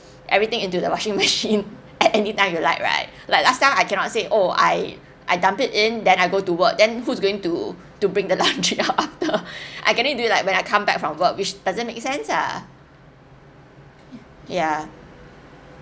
everything into the washing machine at anytime you like right like last time I cannot say oh I I dump it in that I go to work then who's going to to bring the laundry out after I cannot do that when I come back from work which doesn't make sense ah ya